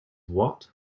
what